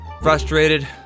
Frustrated